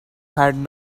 had